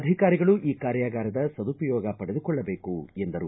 ಅಧಿಕಾರಿಗಳು ಈ ಕಾರ್ಯಾಗಾರದ ಸದುಪಯೋಗ ಪಡೆದುಕೊಳ್ಳಬೇಕು ಎಂದರು